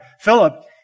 Philip